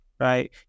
right